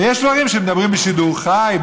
ויש דברים שמדברים בשידור חי,